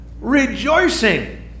Rejoicing